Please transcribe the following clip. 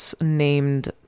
named